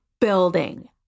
building